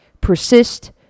Persist